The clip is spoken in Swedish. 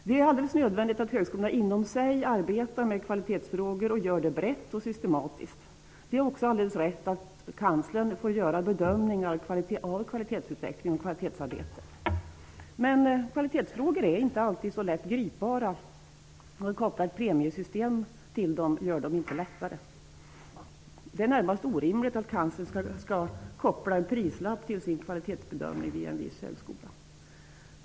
Det är alldeles nödvändigt att högskolorna inom sig arbetar med kvalitetsfrågor och gör det brett och systematiskt. Det är också alldeles rätt att kanslern får göra bedömningar av kvalitetsutveckling och kvalitetsarbete. Men kvalitetsfrågor är inte alltid så lätt gripbara. Att koppla ett premiesystem till dem gör dem inte lättare. Det är närmast orimligt att kanslern skall koppla en prislapp till sin kvalitetsbedöming vid en viss högskola.